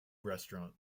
restaurant